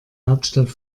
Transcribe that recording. hauptstadt